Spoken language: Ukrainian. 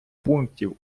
пунктів